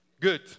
Good